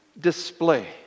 display